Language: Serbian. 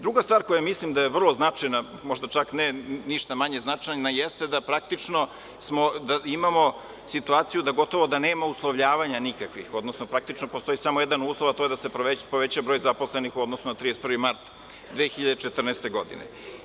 Druga stvar koja mislim da je vrlo značajna, možda čak ništa manje značajna, jeste da praktično imamo situaciju da gotovo da nema nikakvih uslovljavanja, odnosno praktično postoji samo jedan uslov, a to je da se poveća broj zaposlenih u odnosu na 31. mart 2014. godine.